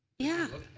yeah.